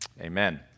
Amen